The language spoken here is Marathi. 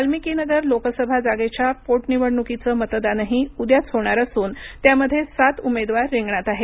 वाल्मिकी नगर लोकसभा जागेच्या पोट निवडणुकीचं मतदानही उद्याच होणार असून त्यामध्ये सात उमेदवार रिंगणात आहेत